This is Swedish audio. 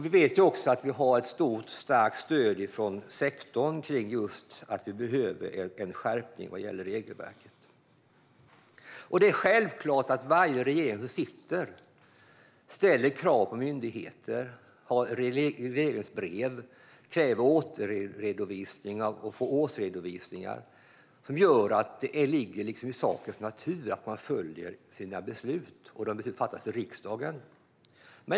Vi vet också att vi har ett stort, starkt stöd från sektorn just kring behovet av en skärpning av regelverket. Det är självklart att varje regering ställer krav på myndigheter via regleringsbrev, kräver återredovisning och får årsredovisningar. Detta gör att det liksom ligger i sakens natur att man följer sina beslut och de beslut som fattas i riksdagen.